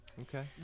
Okay